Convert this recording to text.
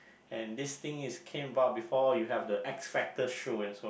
and this thing is came about before you have the X Factor show and so on